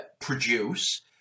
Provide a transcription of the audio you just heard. produce